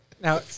Now